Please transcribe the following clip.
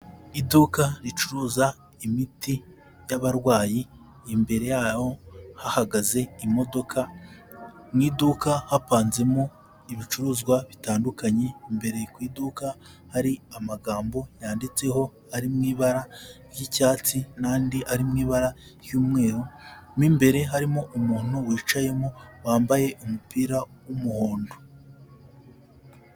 Iduka ricuruza imiti y'abarwayi, imbere yaho hahagaze imodoka. Mu iduka hapanzemo ibicuruzwa bitandukanye, imbere ku iduka hari amagambo yanditseho ari mu ibara ry'icyatsi n'andi ari mu ibara ry'umweru. Mo imbere harimo umuntu wicayemo wambaye umupira w'umuhondo.